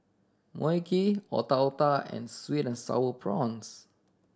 Mui Kee Otak Otak and sweet and Sour Prawns